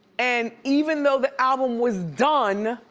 and even though the album was done,